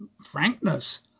frankness